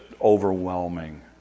overwhelming